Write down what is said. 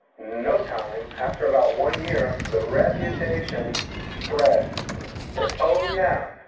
no time, after about one year, the reputation spreads that, oh, yeah,